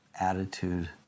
attitude